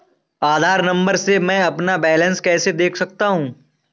आधार number से मैं अपना बैलेंस कैसे देख सकता हूँ?